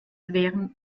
wären